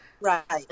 Right